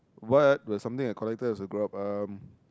what was something I collected as I grow up um